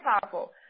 powerful